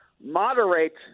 moderate